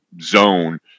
zone